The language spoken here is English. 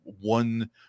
one